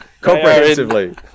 Comprehensively